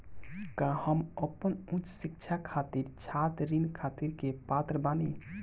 का हम अपन उच्च शिक्षा खातिर छात्र ऋण खातिर के पात्र बानी?